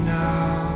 now